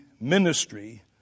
ministry